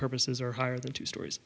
purposes or higher than two stories